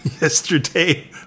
Yesterday